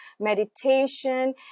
meditation